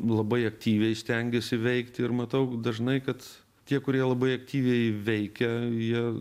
labai aktyviai stengiasi veikti ir matau dažnai kad tie kurie labai aktyviai veikia jie